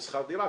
בשכר דירה,